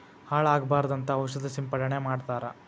ಹಾಳ ಆಗಬಾರದಂತ ಔಷದ ಸಿಂಪಡಣೆ ಮಾಡ್ತಾರ